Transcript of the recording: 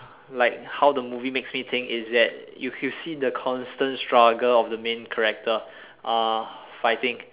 like how the movie makes me think is that if you see the constant struggle of the main character uh fighting